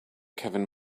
kevin